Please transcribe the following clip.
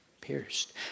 pierced